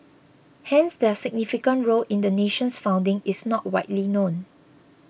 hence their significant role in the nation's founding is not widely known